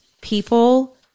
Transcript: people